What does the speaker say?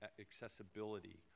accessibility